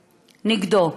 נגדו?